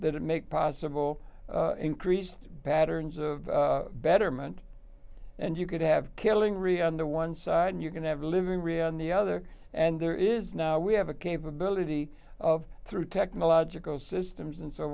that make possible increased patterns of betterment and you could have killing really on the one side and you're going to have living real on the other and there is now we have a capability of through technological systems and so